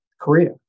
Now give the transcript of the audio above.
Korea